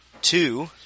two